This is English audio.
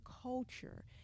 culture